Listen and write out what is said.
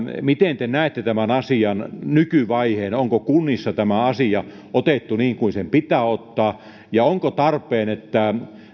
miten te näette tämän asian nykyvaiheen onko kunnissa tämä asia otettu niin kuin se pitää ottaa ja olisiko tarpeen että